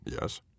Yes